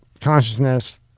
consciousness